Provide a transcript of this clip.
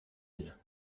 île